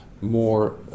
More